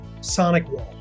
SonicWall